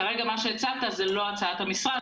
כרגע, מה שהצעת זה לא הצעת המשרד.